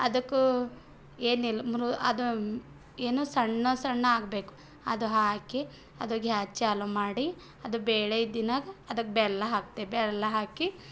ಅದಕ್ಕೂ ಏನಿಲ್ಲ ಮ್ರು ಅದು ಏನು ಸಣ್ಣ ಸಣ್ಣ ಆಗಬೇಕು ಅದು ಹಾಕಿ ಅದು ಗ್ಯಾಸ್ ಚಾಲು ಮಾಡಿ ಅದು ಬೇಳೆ ಇದ್ದಿನಾಗೆ ಅದಕ್ಕೆ ಬೆಲ್ಲ ಹಾಕ್ತೆ ಬೆಲ್ಲ ಹಾಕಿ